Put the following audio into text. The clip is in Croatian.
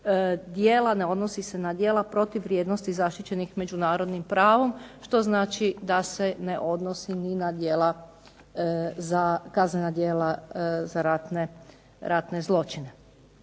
ne odnosi se na djela protiv vrijednosti zaštićenih međunarodnim pravom, što znači da se ne odnosi ni za kaznena djela za ratne zločine.